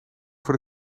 voor